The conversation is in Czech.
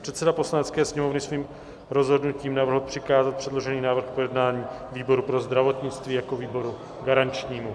Předseda Poslanecké sněmovny svým rozhodnutím navrhl přikázat předložený návrh k projednání výboru pro zdravotnictví jako výboru garančnímu.